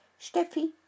Steffi